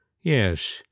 Yes